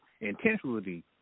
intentionally